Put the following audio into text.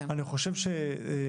זה